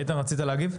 איתן, רצית להגיב?